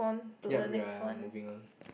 yup we are moving on